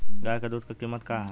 गाय क दूध क कीमत का हैं?